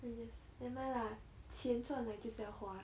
then I just nevermind lah 钱赚来就是要花